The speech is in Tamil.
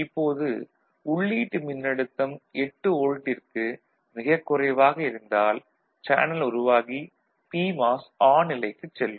இப்போது உள்ளீட்டு மின்னழுத்தம் 8 வோல்ட்டிற்கு மிகக் குறைவாக இருந்தால் சேனல் உருவாகி பிமாஸ் ஆன் நிலைக்குச் செல்லும்